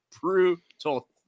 Brutal